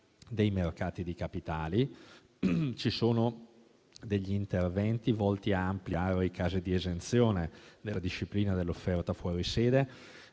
dei mercati di capitali. Ci sono degli interventi volti ad ampliare i casi di esenzione della disciplina dell'offerta fuori sede,